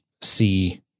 see